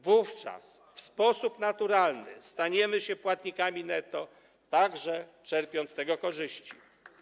Wówczas w sposób naturalny staniemy się płatnikami netto, także czerpiąc z tego korzyści.